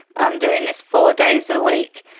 i'm doing this four days a week,